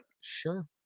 Sure